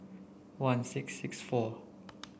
one six six four